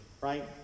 right